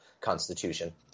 constitution